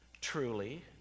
Truly